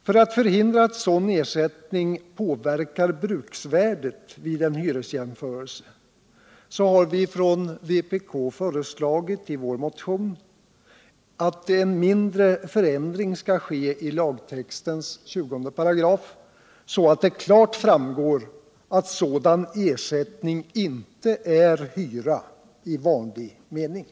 För att förhindra att sådan ersättning påverkar bruksvärdet vid en hyresjämflörelse har vi från vpk föreslagit i vår motion att en mindre förändring skall ske i lagtextens 203, så att det klart framgår att sådan —- Nr 155 ersättning inte är hyra I vanlig mening.